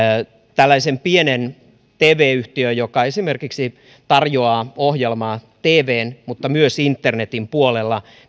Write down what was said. pienen tv yhtiön joka esimerkiksi tarjoaa ohjelmaa tvn mutta myös internetin puolella